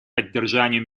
поддержанию